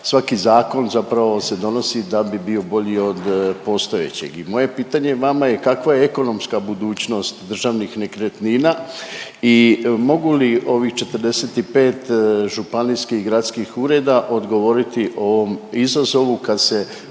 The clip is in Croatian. svaki zakon zapravo se donosi da bi bio bolji od postojećeg i moje pitanje vama je kakva je ekonomska budućnost državnih nekretnina i mogu li ovih 45 županijskih i gradskih ureda odgovoriti ovom izazovu kad se